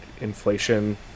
inflation